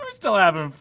um still havin' fun,